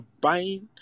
buying